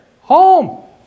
Home